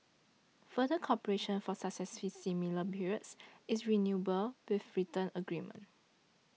further cooperation for successive similar periods is renewable by written agreement